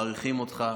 מעריכים אותך,